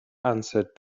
answered